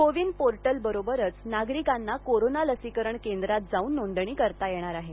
CoWIN portal बरोबरच नागरिकांना corona लसीकरण केंद्रात जाऊन नोंदणी करता येणार आहे